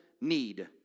need